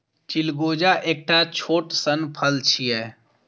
चिलगोजा एकटा छोट सन फल छियै